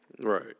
Right